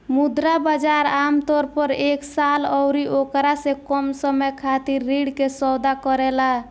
मुद्रा बाजार आमतौर पर एक साल अउरी ओकरा से कम समय खातिर ऋण के सौदा करेला